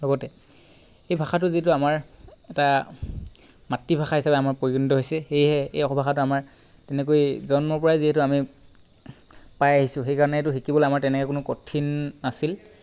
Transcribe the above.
লগতে এই ভাষাটো যিটো আমাৰ এটা মাতৃভাষা হিচাপে আমাৰ পৰিগণিত হৈছে সেয়েহে এই অসমীয়া ভাষাটো আমাৰ তেনেকৈয়ে জন্মৰ পৰা যিহেতু আমাৰ পাই আহিছোঁ সেইকাৰণে এইটো শিকিবলৈ আমাৰ তেনেকৈ কোনো কঠিন নাছিল